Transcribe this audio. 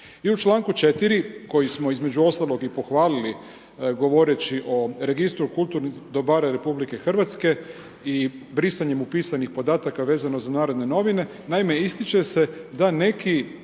I u članku 4. koji smo između ostalog i pohvalili govoreći o Registru kulturnih dobara RH i brisanjem upisanih podataka vezano za Narodne novine. Naime, ističe se da neki